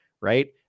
right